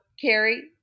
Carrie